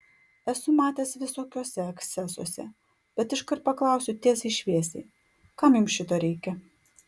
esu matęs visokiuose ekscesuose bet iškart paklausiu tiesiai šviesiai kam jums šito reikia